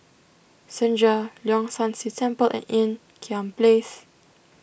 Senja Leong San See Temple and Ean Kiam Place